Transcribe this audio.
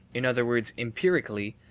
in other words empirically,